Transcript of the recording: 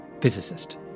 physicist